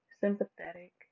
sympathetic